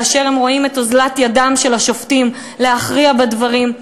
כאשר הם רואים את אוזלת ידם של השופטים להכריע בדברים.